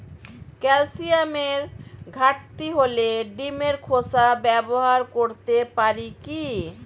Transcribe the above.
ক্যালসিয়ামের ঘাটতি হলে ডিমের খোসা ব্যবহার করতে পারি কি?